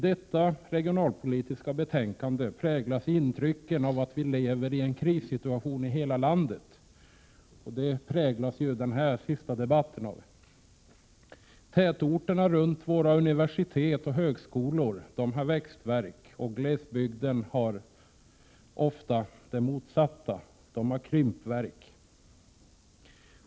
Detta regionalpolitiska betänkande präglas av att vi har en krissituation i hela landet — det präglades också den senaste debattomgången av: Tätorterna runt våra universitet och högskolor har växtvärk, och glesbygden har det motsatta; den har ”krympvärk”.